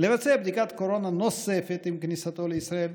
לבצע בדיקת קורונה נוספת עם כניסתו לישראל.